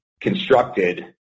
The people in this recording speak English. constructed